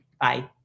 Bye